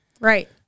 Right